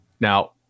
Now